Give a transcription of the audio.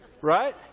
Right